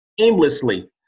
aimlessly